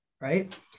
Right